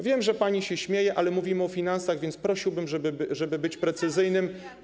Wiem, że pani się śmieje, ale mówimy o finansach, więc prosiłbym, żeby być precyzyjnym.